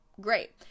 great